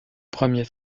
premiers